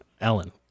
Ellen